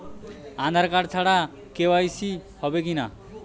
আধার card ছাড়া KYC হবে কিনা?